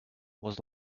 was